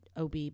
OB